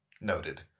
Noted